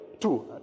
two